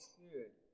Spirit